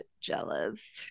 jealous